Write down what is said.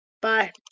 Bye